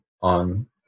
on